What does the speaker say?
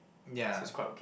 ya